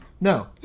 No